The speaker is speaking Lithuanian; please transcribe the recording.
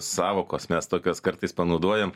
sąvokos mes tokias kartais panaudojam